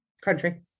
Country